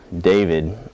David